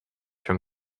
from